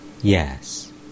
Yes